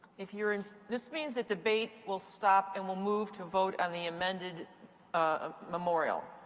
if you're and this means that debate will stop and we'll move to vote on the amended ah memorial.